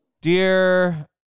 Dear